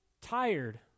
tired